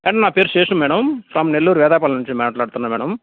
madam నా పేరు Seshu madam from Nellore Vedayapalem నుంచి మాట్లాడుతున్నాను మేడమ్